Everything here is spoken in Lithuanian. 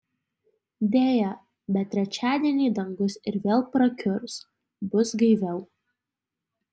deja bet trečiadienį dangus ir vėl prakiurs bus gaiviau